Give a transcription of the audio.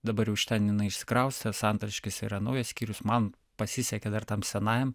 dabar jau iš ten jinai išsikraustė santariškėse yra naujas skyrius man pasisekė dar tam senajam